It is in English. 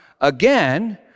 again